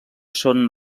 són